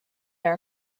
are